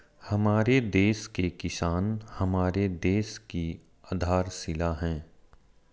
हमारे देश के किसान हमारे देश की आधारशिला है